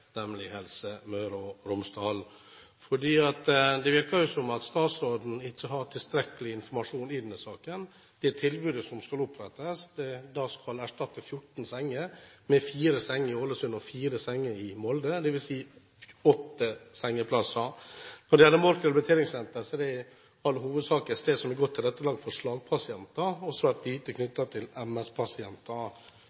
nemlig Helse Møre og Romsdal. Det virker som statsråden ikke har tilstrekkelig informasjon i denne saken, om det tilbudet som skal opprettes. Man skal erstatte 14 senger med fire senger i Ålesund og fire senger i Molde, dvs. åtte sengeplasser. Når det gjelder Mork Rehabiliteringssenter, er det i all hovedsak et sted som er godt tilrettelagt for slagpasienter, og svært lite